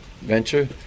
venture